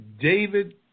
David